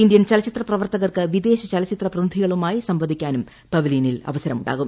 Indian ചലച്ചിത്ര പ്രവർത്തകർക്ക് വിദേശ ചലച്ചിത്ര പ്രതിനിധികളുമായി സംവദിക്കാനും പവലിയനിൽ അവസരമുണ്ടാകും